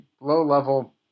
low-level